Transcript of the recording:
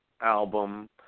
album